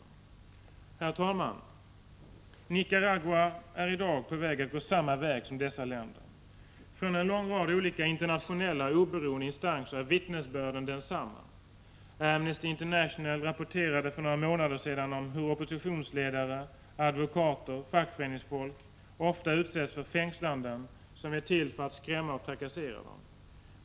Herr talman! Nicaragua håller i dag på att gå samma väg som dessa länder. Från en rad olika internationella och oberoende instanser är vittnesbörden desamma. Amnesty International rapporterade för några månader sedan om hur oppositionsledare, advokater och fackföreningsfolk ofta utsätts för fängslanden, som är till för att skrämma och trakassera dem.